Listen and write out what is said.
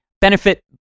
benefit